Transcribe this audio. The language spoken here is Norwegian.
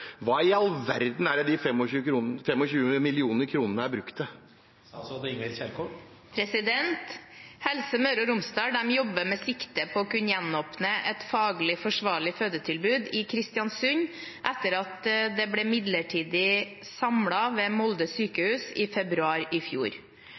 Hva i all verden er de 25 millioner kronene brukt på?» Helse Møre og Romsdal jobber med sikte på å kunne gjenåpne et faglig forsvarlig fødetilbud i Kristiansund, etter at dette ble midlertidig samlet ved Molde